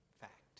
fact